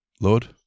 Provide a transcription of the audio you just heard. Lord